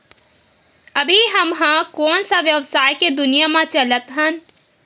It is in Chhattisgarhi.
अभी हम ह कोन सा व्यवसाय के दुनिया म चलत हन?